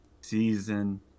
season